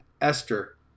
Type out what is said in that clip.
Esther